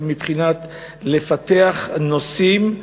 מבחינת לפתח נושאים,